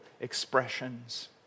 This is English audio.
expressions